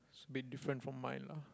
bit different from mine lah